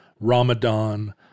Ramadan